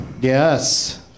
Yes